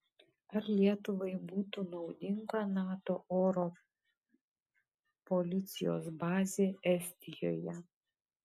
ar lietuvai būtų naudinga nato oro policijos bazė estijoje